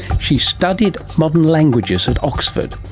she studied modern languages at oxford,